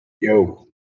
Yo